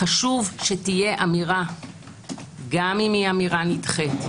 חשוב שתהיה אמירה גם אם היא נדחית,